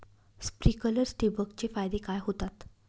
Sprinklers ठिबक चे फायदे काय होतात?